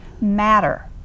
matter